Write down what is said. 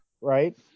Right